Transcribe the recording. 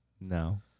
no